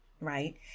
right